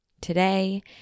today